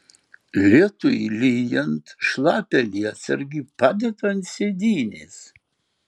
lietui lyjant šlapią lietsargį padeda ant sėdynės